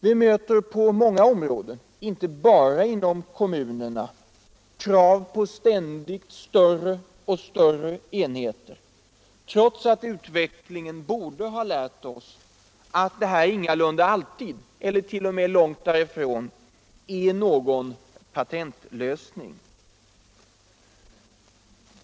Vi möter överallt — inte bara inom kommunerna = krav på ständigt större och större enheter, trots att utvecklingen borde ha lärt oss att det ingalunda är någon patentlösning.